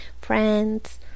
friends